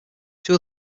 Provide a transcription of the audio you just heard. two